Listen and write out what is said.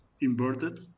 inverted